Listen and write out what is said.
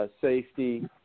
Safety